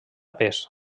pes